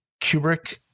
Kubrick